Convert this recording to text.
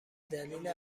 دلیل